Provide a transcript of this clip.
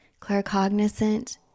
claircognizant